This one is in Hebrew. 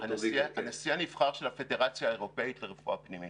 הוא הנשיא הנבחר של הפדרציה האירופית לרפואה פנימית.